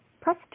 press